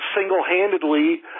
single-handedly